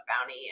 bounty